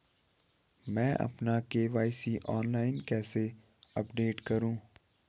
मैं अपना KYC online कैसे अपडेट करूँ?